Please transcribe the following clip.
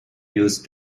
used